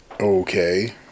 Okay